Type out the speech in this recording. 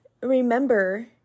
Remember